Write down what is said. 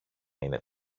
είναι